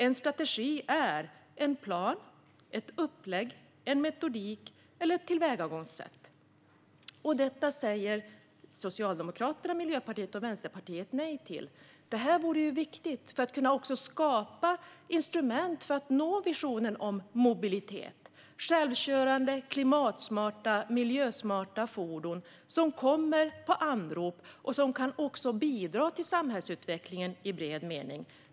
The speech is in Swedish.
En strategi är en plan, ett upplägg, en metodik eller ett tillvägagångssätt. Detta säger Socialdemokraterna, Miljöpartiet och Vänsterpartiet nej till. Det här är viktigt för att kunna skapa instrument för att nå visionen om mobilitet. Det handlar om självkörande, klimatsmarta och miljösmarta fordon som kommer på anrop och som också kan bidra till samhällsutvecklingen i vidare mening.